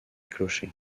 clocher